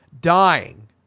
Dying